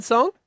Song